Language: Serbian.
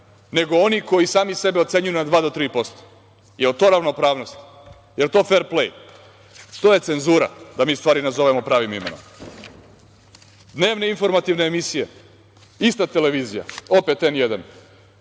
nego oni koji sami sebe ocenjuju na 2 do 3%. Da li je to ravnopravnost, da li je to fer plej, to je cenzura, da mi stvari nazovemo pravim imenom. Dnevne informativne emisije, ista televizija, opet N1,